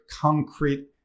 concrete